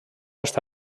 està